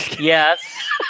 yes